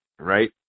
right